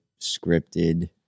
scripted